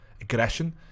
aggression